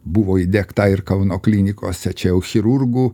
buvo įdiegta ir kauno klinikose čia jau chirurgų